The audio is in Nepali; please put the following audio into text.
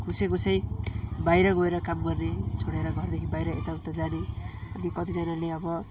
कसै कसै बाहिर गएर काम गर्ने छोडेर घरदेखि बाइर यताउता जाने अनि कतिजनाले अब